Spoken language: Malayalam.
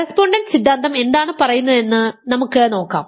കറസ്പോണ്ടൻസ് സിദ്ധാന്തം എന്താണ് പറയുന്നതെന്ന് നമുക്ക് നോക്കാം